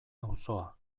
auzoa